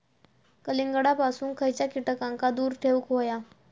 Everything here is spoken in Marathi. कलिंगडापासून खयच्या कीटकांका दूर ठेवूक व्हया?